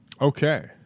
Okay